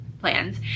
plans